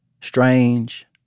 strange